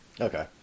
Okay